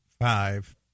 five